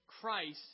Christ